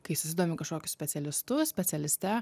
kai susidomi kažkokiu specialistu specialiste